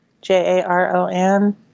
j-a-r-o-n